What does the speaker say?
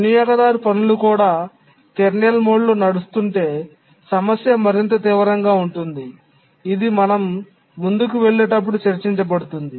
వినియోగదారు పనులు కూడా కెర్నల్ మోడ్లో నడుస్తుంటే సమస్య మరింత తీవ్రంగా ఉంటుంది ఇది మేము ముందుకు వెళ్ళేటప్పుడు చర్చించబడుతుంది